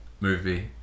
movie